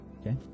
Okay